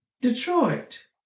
Detroit